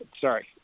sorry